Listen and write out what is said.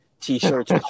T-shirts